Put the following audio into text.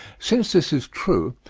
since this is true,